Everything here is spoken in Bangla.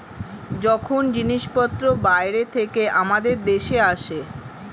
যখন জিনিসপত্র বাইরে থেকে আমাদের দেশে আসে